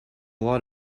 lot